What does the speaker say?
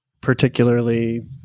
particularly